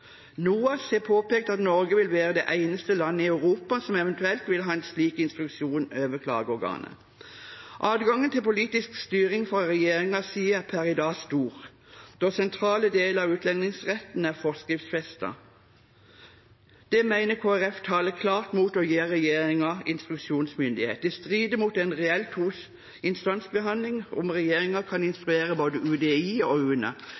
NOAS har påpekt at Norge vil være det eneste landet i Europa som eventuelt vil ha en slik instruksjonsmyndighet over klageorganet. Adgangen til politisk styring fra regjeringens side er per i dag stor, da sentrale deler av utlendingsretten er forskriftsfestet. Det mener Kristelig Folkeparti taler klart imot å gi regjeringen instruksjonsmyndighet. Det strider mot en reell to-instansbehandling om regjeringen kan instruere både UDI og UNE,